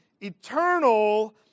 eternal